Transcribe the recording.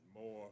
more